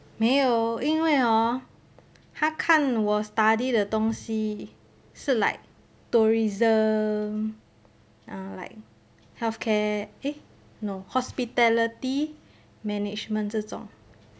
没有因为 hor 他看我 study 的东西是 like tourism ah like healthcare eh no hospitality management 这种